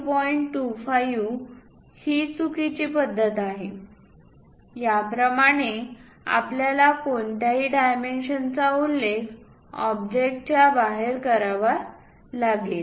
25 ही चुकीची पद्धत आहे याप्रमाणे आपल्याला कोणत्याही डायमेन्शनांचा उल्लेख ऑब्जेक्ट च्या बाहेर करावा लागेल